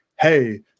hey